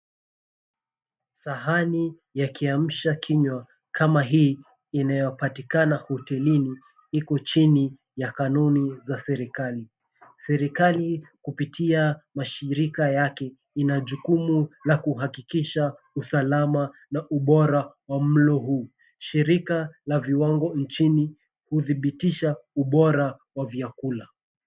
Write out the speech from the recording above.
Sahani ya kiamsha kinywa kama hii inayopatikana hotelini iko chini ya kanuni za serikali. Serikali kupitia mashirika yake ina jukumu la kuhakikisha usalama na ubora wa mlo huu. Shirika la viwango nchini hudhibitisha ubora wa vyakula.